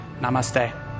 namaste